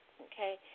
Okay